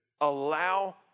allow